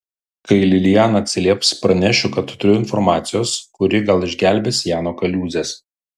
kai liliana atsilieps pranešiu kad turiu informacijos kuri gal išgelbės ją nuo kaliūzės